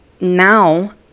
now